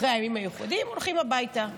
אחרי הימים המיוחדים הולכים הביתה.